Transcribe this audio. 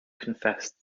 confessed